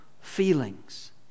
feelings